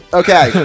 okay